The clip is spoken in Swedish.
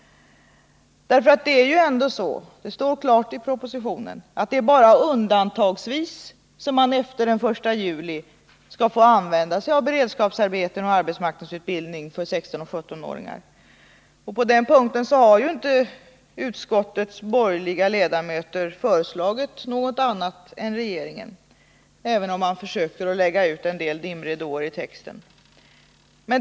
Det står ju klart i propositionen att det är bara undantagsvis som man från den 1 juli skall få anordna beredskapsarbeten och arbetsmarknadsutbildning för 16 och 17-åringar. På den punkten har ju inte utskottets borgerliga ledamöter föreslagit något annat än regeringen, även om man försöker lägga ut en del dimridåer i texten.